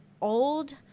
old